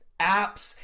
apps,